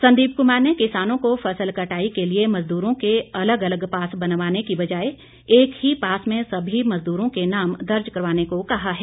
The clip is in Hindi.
संदीप कुमार ने किसानों को फसल कटाई के लिए मजदूरों के अलग अलग पास बनवाने की बजाए एक ही पास में सभी मजदूरों के नाम दर्ज करवाने को कहा है